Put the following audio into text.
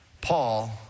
Paul